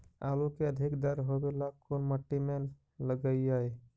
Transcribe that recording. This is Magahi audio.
आलू के अधिक दर होवे ला कोन मट्टी में लगीईऐ?